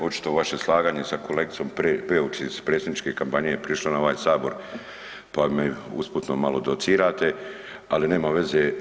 Očito vaše slaganje sa kolegicom … [[Govornik se ne razumije]] iz predsjedničke kampanje je prišlo na ovaj sabor, pa mi usputno malo docirate, ali nema veze.